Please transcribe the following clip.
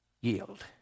yield